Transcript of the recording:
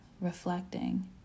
reflecting